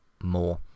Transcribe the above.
more